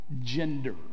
gender